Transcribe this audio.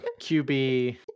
QB